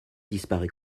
disparaît